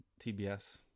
TBS